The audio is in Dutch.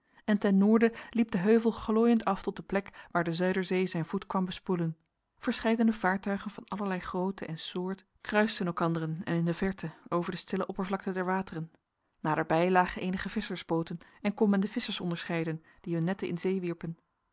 en ten noorden liep de heuvel glooiend af tot de plek waar de zuiderzee zijn voet kwam bespoelen verscheidene vaartuigen van allerlei grootte en soort kruisten elkanderen en in de verte over de stille oppervlakte der wateren naderbij lagen eenige visschersbooten en kon men de visschers onderscheiden die hun netten in zee wierpen